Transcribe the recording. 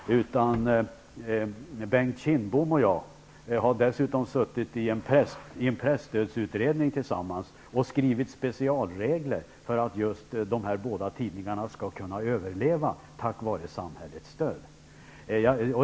Dessutom har Bengt Kindbom och jag båda varit med i en presstödsutredning och skrivit specialregler för att just de här båda tidningarna skall kunna överleva -- och då alltså tack vare samhällets stöd.